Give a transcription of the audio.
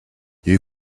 you